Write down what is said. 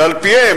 ועל-פיהם,